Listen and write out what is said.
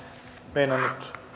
meinannut